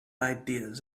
ideas